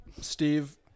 Steve